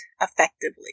effectively